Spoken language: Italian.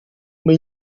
come